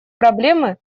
проблемы